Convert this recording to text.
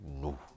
No